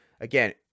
again